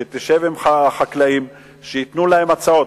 שתשב עם החקלאים וייתנו להם הצעות.